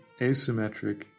asymmetric